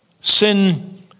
sin